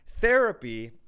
Therapy